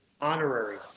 honorary